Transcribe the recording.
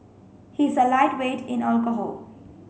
he is a lightweight in alcohol